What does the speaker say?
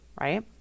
right